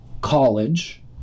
college